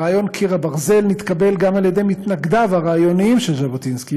רעיון קיר הברזל נתקבל גם על-ידי מתנגדיו הרעיוניים של ז'בוטינסקי,